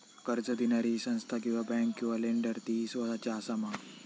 कर्ज दिणारी ही संस्था किवा बँक किवा लेंडर ती इस्वासाची आसा मा?